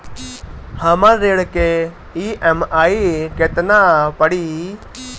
हमर ऋण के ई.एम.आई केतना पड़ी?